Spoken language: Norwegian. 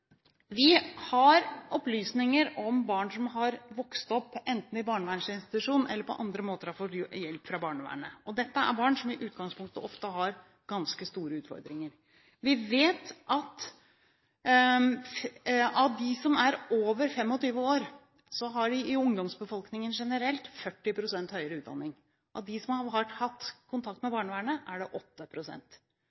Vi har opplysninger om barn som har vokst opp i barnevernsinstitusjon eller på andre måter har fått hjelp fra barnevernet. Dette er barn som i utgangspunktet ofte har ganske store utfordringer. Vi vet at av dem som er over 25 år, har vi i ungdomsbefolkingen generelt 40 pst. med høyere utdanning. Av dem som har hatt kontakt med